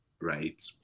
right